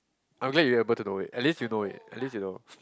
I am glad you're able to know it at least you know it at least you know